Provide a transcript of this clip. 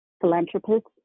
philanthropist